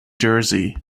jersey